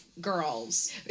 girls